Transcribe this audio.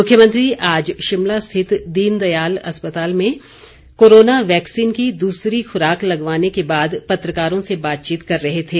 मुख्यमंत्री आज शिमला स्थित दीन दयाल अस्पताल में कोरोना वैक्सीन का दूसरा खुराक लगवाने के बाद पत्रकारों से बातचीत कर रहे थे